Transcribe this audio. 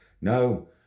no